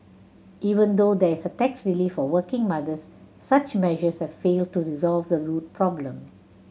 even though there is a tax relief for working mothers such measures have failed to resolve the root problem